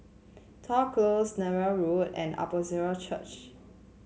Toh Close Netheravon Road and Apostolic Church